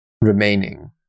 remaining